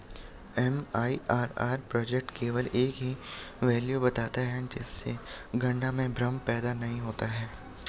MIRR project केवल एक ही वैल्यू बताता है जिससे गणना में भ्रम पैदा नहीं होता है